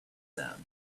them